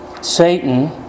Satan